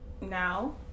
now